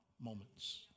moments